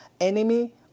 enemy